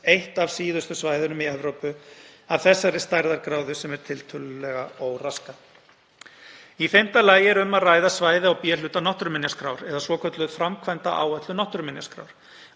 eitt af síðustu svæðunum í Evrópu af þessari stærðargráðu sem er tiltölulega óraskað. Í fimmta lagi er um að ræða svæði á B-hluta náttúruminjaskrár eða svokallaðri framkvæmdaáætlun náttúruminjaskrár.